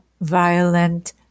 violent